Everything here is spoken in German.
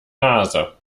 nase